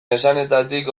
esanetatik